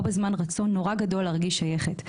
בזמן רצון נורא גדול להרגיש שייכת.